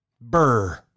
Burr